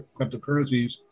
cryptocurrencies